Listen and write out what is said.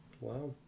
Wow